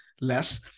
less